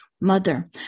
mother